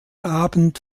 abend